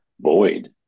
void